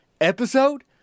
Episode